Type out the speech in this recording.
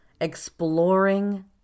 exploring